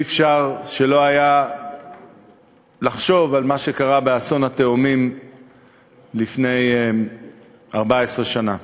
לא היה אפשר שלא לחשוב על מה שקרה באסון התאומים לפני 14 שנה.